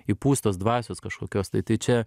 įpūst tos dvasios kažkokios tai tai čia